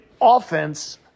offense